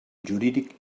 jurídic